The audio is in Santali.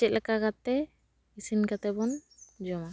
ᱪᱮᱫ ᱞᱮᱠᱟ ᱠᱟᱛᱮᱜ ᱤᱥᱤᱱ ᱠᱟᱛᱮᱜ ᱵᱚᱱ ᱡᱚᱢᱟ